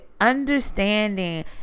understanding